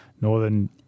northern